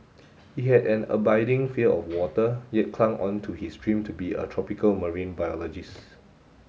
he had an abiding fear of water yet clung on to his dream to be a tropical marine biologist